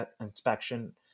inspection